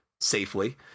safely